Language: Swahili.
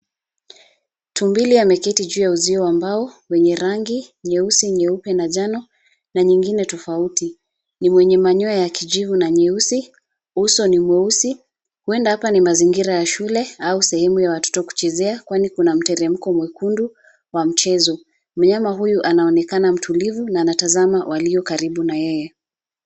Tumbili ameketi juu ya uzio wa mbao wenye rangi nyeusi, nyeupe na njano na nyingine tofauti. Ni mwenye manyoya ya kijivu na nyeusi, uso ni mweusi. Huenda hapa ni mazingira ya shule au sehemu ya watoto kuchezea; kwani kuna mteremko mwekundu wa mchezo. Mnyama huyu anaonekana mtulivu na anatazama walio karibu na yeye.